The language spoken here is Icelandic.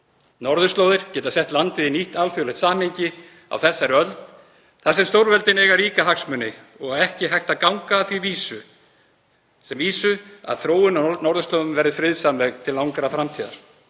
Norðurslóðir geta sett landið í nýtt alþjóðlegt samhengi á þessari öld þar sem stórveldin eiga ríka hagsmuni og ekki er hægt að ganga að því sem vísu að þróun á norðurslóðum verði friðsamleg til langrar framtíðar.